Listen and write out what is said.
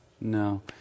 No